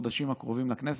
בחודשים הקרובים לכנסת.